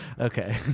Okay